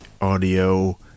audio